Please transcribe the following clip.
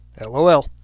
LOL